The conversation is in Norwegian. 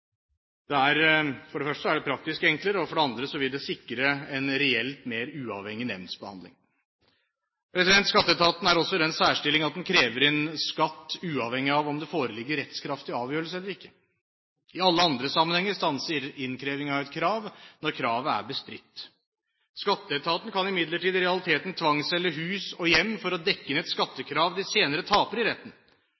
av Skatteetaten. For det første er det praktisk enklere, for det andre vil det sikre en reelt mer uavhengig nemndbehandling. Skatteetaten er også i den særstilling at den krever inn skatt, uavhengig av om det foreligger rettskraftig avgjørelse eller ikke. I alle andre sammenhenger stanser innkrevingen av et krav når kravet er bestridt. Skatteetaten kan imidlertid i realiteten tvangsselge hus og hjem for å dekke et